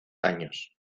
años